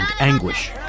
anguish